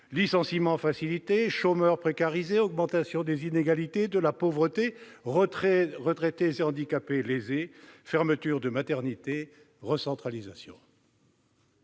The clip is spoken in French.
licenciements facilités, chômeurs précarisés, augmentation des inégalités, de la pauvreté, retraités et handicapés lésés, fermetures de maternités, recentralisation.